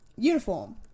Uniform